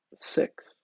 Six